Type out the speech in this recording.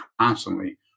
constantly